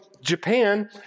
Japan